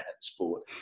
sport